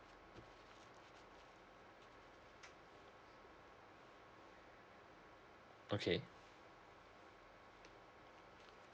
okay